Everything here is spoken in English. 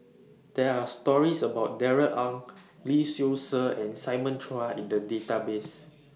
There Are stories about Darrell Ang Lee Seow Ser and Simon Chua in The Database